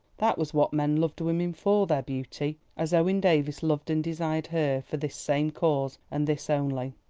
that was what men loved women for, their beauty, as owen davies loved and desired her for this same cause and this only.